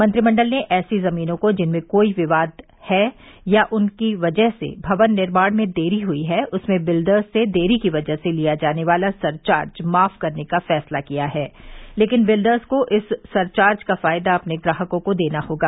मंत्रिमंडल ने ऐसी जमीनों को जिनमें कोई विवाद है और उसकी वजह से भवन निर्माण में देरी हई है उसमें विल्डर्स से देरी की वजह से लिया जाने वाला सरचार्ज माफ करने का फैसला किया है लेकिन बिल्डर्स को इस सरचार्ज का फायदा अपने ग्राहकों को देना होगा